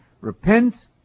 repent